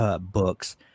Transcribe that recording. Books